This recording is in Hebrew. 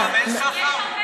שם אין סחר?